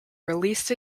released